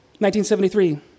1973